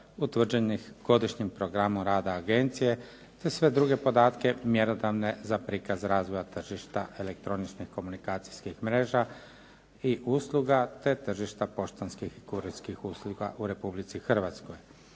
utvrđenih godišnjim programom rada agencije, te sve druge podatke mjerodavne za prikaz rada tržišta elektroničke komunikacijskih mreža i usluga, te tržišta poštanskih kurirskih usluga u Republici Hrvatskoj.